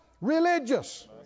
religious